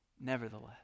nevertheless